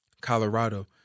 Colorado